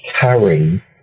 carry